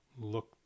look